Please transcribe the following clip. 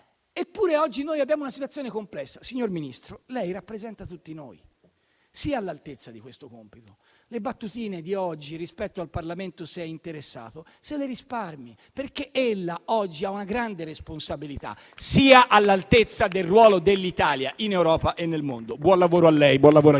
Eppure, oggi noi abbiamo una situazione complessa. Signor Ministro, lei rappresenta tutti noi. Sia all'altezza di questo compito. Le battutine di oggi, rispetto al Parlamento, se è interessato o meno, se le risparmi, perché ella oggi ha una grande responsabilità. Sia all'altezza del ruolo dell'Italia in Europa e nel mondo. Buon lavoro a lei,